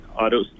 auto